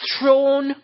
throne